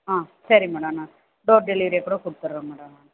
ஆ சரி மேடம் நான் டோர் டெலிவரியே கூட கொடுத்துர்றேன் மேடம்